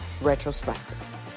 retrospective